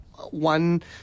One